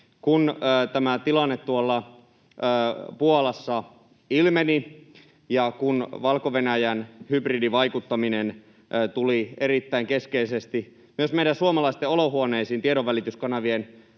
Kun tämä tilanne tuolla Puolassa ilmeni ja kun Valko-Venäjän hybridivaikuttaminen tuli erittäin keskeisesti myös meidän suomalaisten olohuoneisiin tiedonvälityskanavien